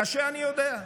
קשה אני יודע.